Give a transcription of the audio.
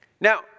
Now